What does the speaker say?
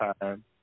time